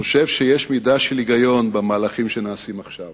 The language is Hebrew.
שחושב שיש מידה של היגיון במהלכים שנעשים עכשיו.